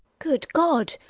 good god!